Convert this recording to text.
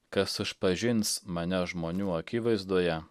kas išpažins mane žmonių akivaizdoje